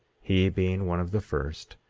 he being one of the first,